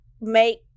make